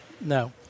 No